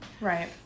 Right